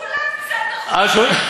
כולם בסדר חוץ ממני?